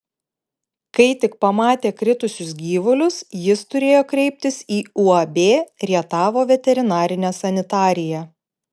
kai tik pamatė kritusius gyvulius jis turėjo kreiptis į uab rietavo veterinarinę sanitariją